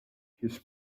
his